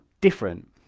different